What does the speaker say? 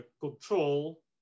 control